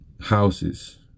houses